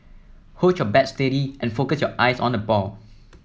hold your bat steady and focus your eyes on the ball